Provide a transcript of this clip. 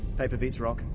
paper beats rock,